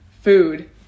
food